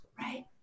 Right